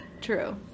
True